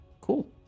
Cool